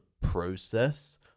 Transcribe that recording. process